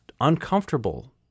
uncomfortable